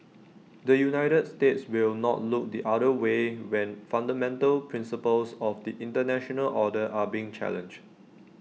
the united states will not look the other way when fundamental principles of the International order are being challenged